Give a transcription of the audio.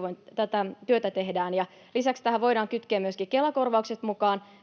kun tätä työtä tehdään. Lisäksi tähän voidaan kytkeä myöskin Kela-korvaukset mukaan,